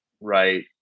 right